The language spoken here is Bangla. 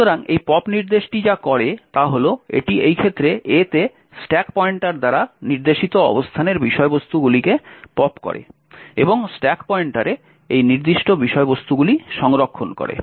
সুতরাং এই পপ নির্দেশটি যা করে তা হল এটি এই ক্ষেত্রে A তে স্ট্যাক পয়েন্টার দ্বারা নির্দেশিত অবস্থানের বিষয়বস্তুগুলিকে পপ করে এবং স্ট্যাক পয়েন্টারে এই নির্দিষ্ট বিষয়বস্তুগুলি সংরক্ষণ করে